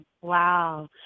Wow